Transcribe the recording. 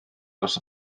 dros